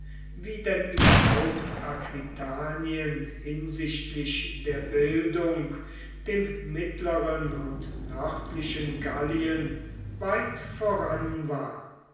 wie denn überall aquitanien hinsichtlich der bildung dem mittleren und nördlichen gallien weit voran war